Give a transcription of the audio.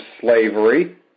slavery